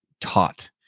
taught